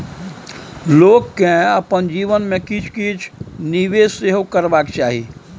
लोककेँ अपन जीवन मे किछु किछु निवेश सेहो करबाक चाही